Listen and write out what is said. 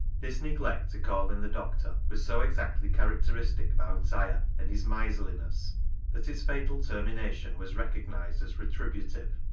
this neglect to call in the doctor was so exactly characteristic of owd siah and his miserliness that its fatal termination was recog nised as retributive,